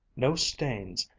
no stains,